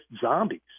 zombies